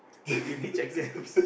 you teach exams